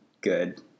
good